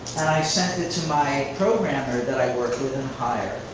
and i sent it to my programmer that i work with and hire.